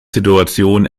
situation